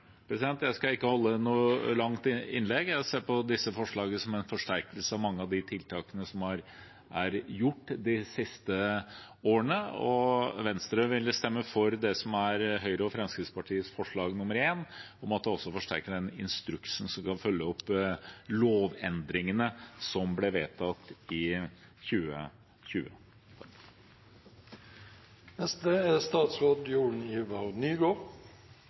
Jeg skal ikke holde noe langt innlegg. Jeg ser på disse forslagene som en forsterkning av mange av tiltakene som er gjort de siste årene, og Venstre vil stemme for Høyre- og Fremskrittspartiets forslag nr. 1, om å forsterke instruksen som skal følge opp lovendringene som ble vedtatt i 2020. Jeg er